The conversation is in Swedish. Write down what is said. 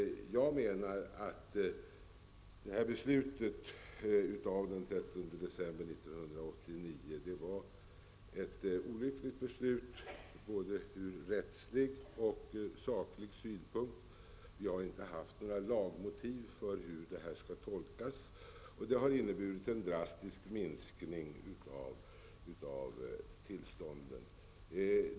Jag menar att beslutet av den 13 december 1989 var ett olyckligt beslut både ur rättslig och saklig synpunkt. Vi har inte haft några lagmotiv för hur det skall tolkas, och det har inneburit en drastisk minskning av tillstånden.